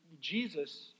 Jesus